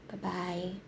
bye bye